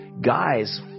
guys